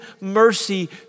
mercy